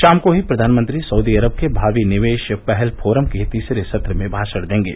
शाम को ही प्रधानमंत्री सऊदी अरब के भावी निवेश पहल फोरम के तीसरे सत्र में भाषण देंगे